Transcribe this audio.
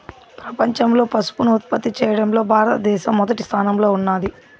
ప్రపంచంలో పసుపును ఉత్పత్తి చేయడంలో భారత దేశం మొదటి స్థానంలో ఉన్నాది